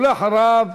ואחריו,